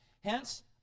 hence